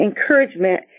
encouragement